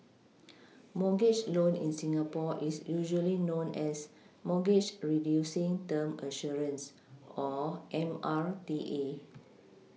mortgage loan in Singapore is usually known as mortgage Reducing term Assurance or M R T A